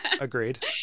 Agreed